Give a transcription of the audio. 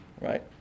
Right